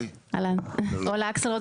אני אולה אקסלרד,